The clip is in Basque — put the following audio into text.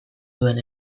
duen